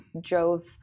drove